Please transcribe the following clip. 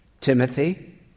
Timothy